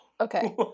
Okay